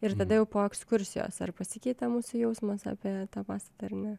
ir tada jau po ekskursijos ar pasikeitė mūsų jausmas apie tą pastatą ar ne